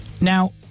Now